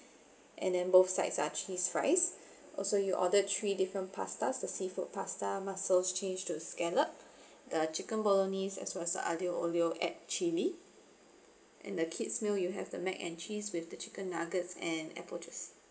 and then both sides are cheese fries also you order three different pastas the seafood pasta mussels change to scallop the chicken bolognese as well as aglio olio add chilli and the kids meal you have the mac and cheese with the chicken nuggets and apple juice